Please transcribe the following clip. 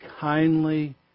kindly